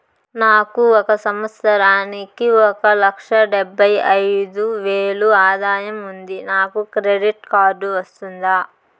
నాకు ఒక సంవత్సరానికి ఒక లక్ష డెబ్బై అయిదు వేలు ఆదాయం ఉంది నాకు క్రెడిట్ కార్డు వస్తుందా?